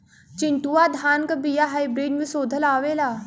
चिन्टूवा धान क बिया हाइब्रिड में शोधल आवेला?